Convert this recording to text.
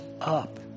up